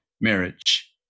marriage